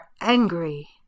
angry